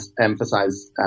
emphasize